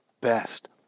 best